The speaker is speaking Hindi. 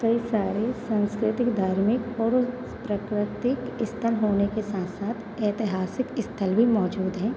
कई सारे संस्कृतिक धार्मिक और प्राकृतिक स्थल होने के साथ साथ ऐतिहासिक स्थल भी मौजूद हैं